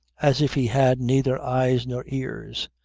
as if he had neither eyes nor ears.